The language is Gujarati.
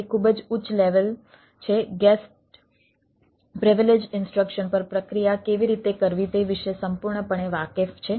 તે ખૂબ જ ઉચ્ચ લેવલ છે ગેસ્ટ પ્રિવિલેજ્ડ ઇન્સ્ટ્રક્શન પર પ્રક્રિયા કેવી રીતે કરવી તે વિશે સંપૂર્ણપણે વાકેફ છે